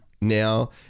now